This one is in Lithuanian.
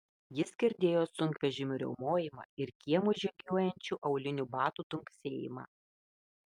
jis girdėjo sunkvežimių riaumojimą ir kiemu žygiuojančių aulinių batų dunksėjimą